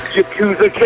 Yakuza